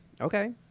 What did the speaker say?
Okay